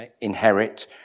inherit